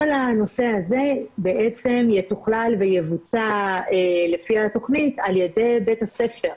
כל הנושא הזה בעצם יתוכלל ויבוצע לפי התכנית על ידי בית הספר.